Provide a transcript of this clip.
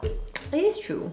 that is true